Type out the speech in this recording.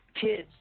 kids